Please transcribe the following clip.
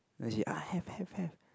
then she ah have have have